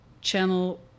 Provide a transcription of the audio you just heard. channel